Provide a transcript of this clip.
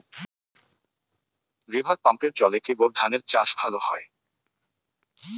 River পাম্পের জলে কি বোর ধানের চাষ ভালো হয়?